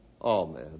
Amen